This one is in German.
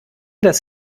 dass